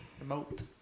remote